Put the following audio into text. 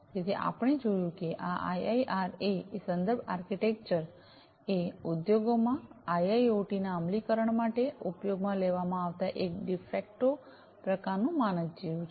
તેથી આપણે જોયું છે કે આ આઈઆઈઆરએ એ સંદર્ભ આર્કિટેક્ચર એ ઉદ્યોગોમાં આઇઆઇઓટી ના અમલીકરણ માટે ઉપયોગમાં લેવામાં આવતા એક ડિ ફેક્ટો પ્રકારનું માનક જેવું છે